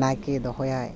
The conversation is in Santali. ᱱᱟᱭᱠᱮ ᱫᱚᱦᱚᱭᱟᱭ